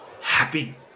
happy